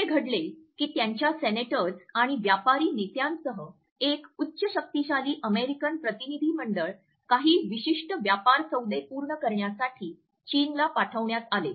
असे घडले की त्यांच्या सेनेटर्स आणि व्यापारी नेत्यांसह एक उच्च शक्तीशाली अमेरिकन प्रतिनिधीमंडळ काही विशिष्ट व्यापार सौदे पूर्ण करण्यासाठी चीनला पाठविण्यात आले